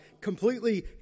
completely